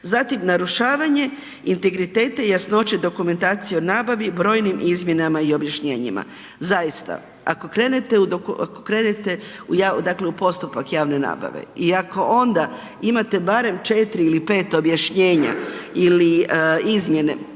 Zatim narušavanje integriteta i jasnoće dokumentacije o nabavi brojnim izmjenama i objašnjenjima. Zaista, ako krenete u postupak javne nabave i ako onda imate barem 4 ili 5 objašnjenja ili izmjene,